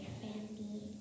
family